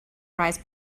rise